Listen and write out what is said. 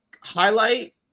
highlight